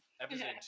Episode